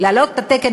ולהעלות את התקן,